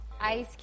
Ice